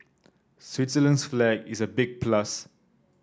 Switzerland's flag is a big plus